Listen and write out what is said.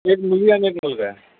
एक मुलगी आणि एक मुलगा आहे